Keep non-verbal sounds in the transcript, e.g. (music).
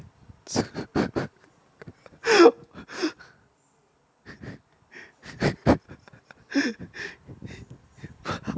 (laughs)